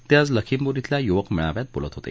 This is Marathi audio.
ते आज लखीमपूर श्विल्या युवक मेळाव्यात बोलत होते